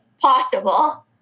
possible